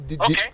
okay